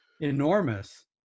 enormous